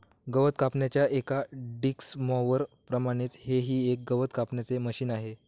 गवत कापण्याच्या एका डिक्स मॉवर प्रमाणेच हे ही एक गवत कापण्याचे मशिन आहे